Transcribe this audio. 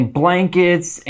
blankets